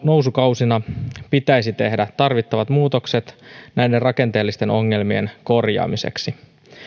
nousukausina pitäisi tehdä tarvittavat muutokset näiden rakenteellisten ongelmien korjaamiseksi